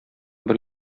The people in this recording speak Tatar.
бер